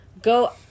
Go